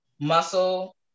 muscle